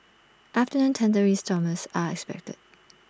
afternoon thundery showers are expected